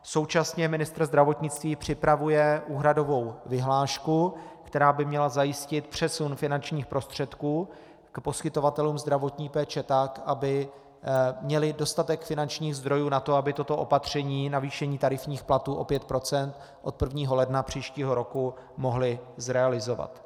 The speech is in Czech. Současně ministr zdravotnictví připravuje úhradovou vyhlášku, která by měla zajistit přesun finančních prostředků k poskytovatelům zdravotní péče tak, aby měli dostatek finančních zdrojů na to, aby toto opatření, navýšení tarifních platů o 5 % od 1. ledna příštího roku, mohli realizovat.